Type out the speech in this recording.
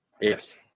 Yes